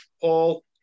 Paul